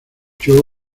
show